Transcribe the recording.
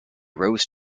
rose